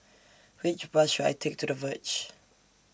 Which Bus should I Take to The Verge